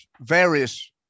various